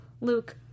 Luke